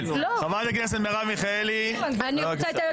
חברת הכנסת מרב מיכאלי, בבקשה.